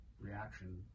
reaction